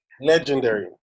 Legendary